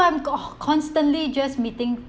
I've got constantly just meeting